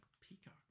Peacock